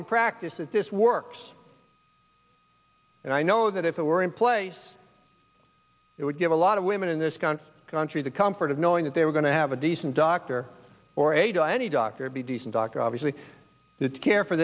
in practice that this works and i know that if it were in place it would give a lot of women in this country country the comfort of knowing that they were going to have a decent doctor or a to any doctor be decent doctor obviously the to care for